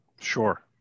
sure